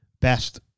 Best